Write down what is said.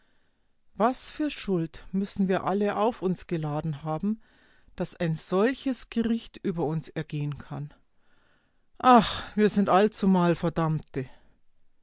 was für schuld müssen wir alle auf uns geladen haben daß ein solches gericht über uns ergehen kann ach wir sind allzumal verdammte